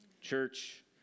Church